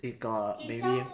it got maybe